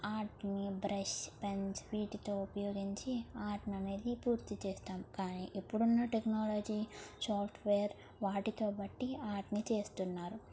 ఆర్ట్ని brush pens వీటితో ఉపయోగించి ఆర్ట్ని అనేది పూర్తి చేస్తాం కానీ ఇప్పుడు ఉన్న టెక్నాలజీ సాఫ్ట్వేర్ వాటితో బట్టి ఆర్ట్ని చేస్తున్నారు